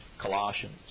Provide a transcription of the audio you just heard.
Colossians